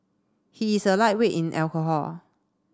he is a lightweight in alcohol